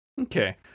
Okay